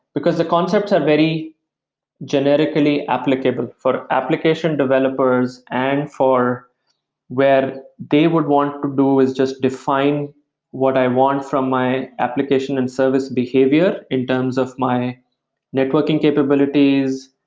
because the concepts are very generically applicable for application developers and for where they would want to do is just define what i want from my application and service behavior, in terms of my networking capabilities,